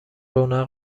رونق